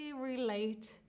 relate